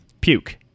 puke